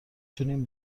تونیم